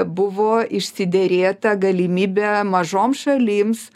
buvo išsiderėta galimybė mažoms šalims